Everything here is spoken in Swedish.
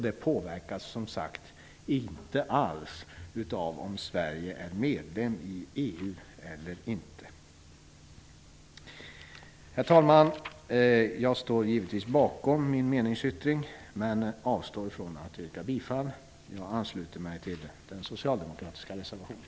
Det påverkas, som sagt, inte alls av om Sverige blir medlem i EU eller inte. Herr talman! Jag står givetvis bakom min meningsyttring, men jag avstår från att yrka bifall till den. Jag ansluter mig till den socialdemokratiska reservationen.